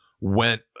went